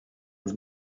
his